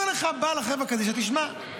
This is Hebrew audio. אומר לך בעל החברה קדישא: תשמע,